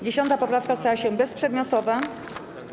10. poprawka stała się bezprzedmiotowa.